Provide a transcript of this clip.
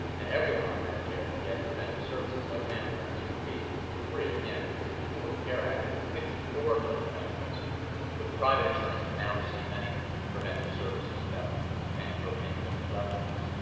and everyone on medicare can get preventive services like mammograms for free for free again, because of the affordable care act. and fifty four million americans with private insurance can now receive many preventive services without paying copayments or deductibles.